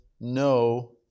no